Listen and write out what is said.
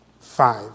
five